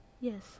yes